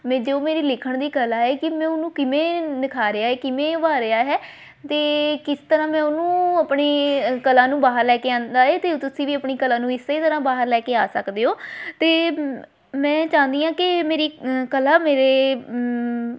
ਮੈਂ ਜੋ ਮੇਰੀ ਲਿਖਣ ਦੀ ਕਲਾ ਏ ਕਿ ਮੈਂ ਉਹਨੂੰ ਕਿਵੇਂ ਨਿਖਾਰਿਆ ਏ ਕਿਵੇਂ ਉਭਾਰਿਆ ਹੈ ਅਤੇ ਕਿਸ ਤਰ੍ਹਾਂ ਮੈਂ ਉਹਨੂੰ ਆਪਣੀ ਕਲਾ ਨੂੰ ਬਾਹਰ ਲੈ ਕੇ ਆਉਂਦਾ ਏ ਅਤੇ ਤੁਸੀਂ ਵੀ ਆਪਣੀ ਕਲਾ ਨੂੰ ਇਸੇ ਤਰ੍ਹਾਂ ਬਾਹਰ ਲੈ ਕੇ ਆ ਸਕਦੇ ਹੋ ਅਤੇ ਮੈਂ ਚਾਹੁੰਦੀ ਹਾਂ ਕਿ ਮੇਰੀ ਕਲਾ ਮੇਰੇ